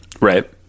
right